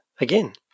again